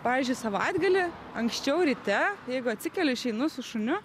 pavyzdžiui savaitgalį anksčiau ryte jeigu atsikeli išeinu su šuniu